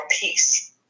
peace